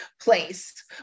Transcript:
place